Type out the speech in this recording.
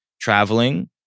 traveling